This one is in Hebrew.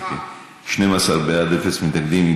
12 בעד, אפס מתנגדים.